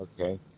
okay